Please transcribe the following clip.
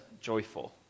joyful